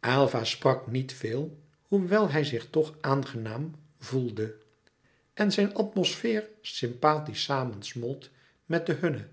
aylva sprak niet veel hoewel hij zich toch aangenaam voelde en zijn atmosfeer sympathisch samensmolt met de hunne